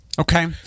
Okay